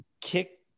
kick